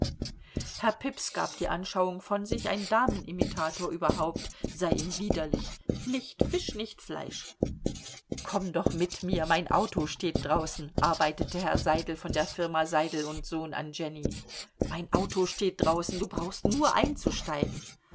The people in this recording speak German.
herr pips gab die anschauung von sich ein damenimitator überhaupt sei ihm widerlich nicht fisch nicht fleisch komm doch mit mir mein auto steht draußen arbeitete herr seidel von der firma seidel sohn an jenny mein auto steht draußen du brauchst nur einzusteigen